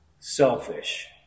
Selfish